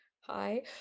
hi